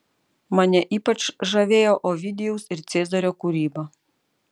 mane ypač žavėjo ovidijaus ir cezario kūryba